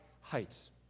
heights